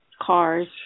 Cars